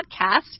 podcast